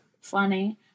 funny